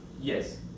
yes